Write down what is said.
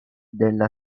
della